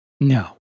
No